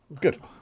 Good